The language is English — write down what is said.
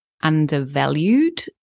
undervalued